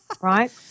Right